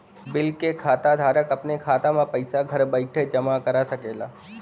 bill के खाता धारक अपने खाता मे पइसा घर बइठे जमा करा सकेला